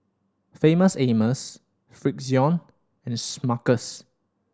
Famous Amos Frixion and Smuckers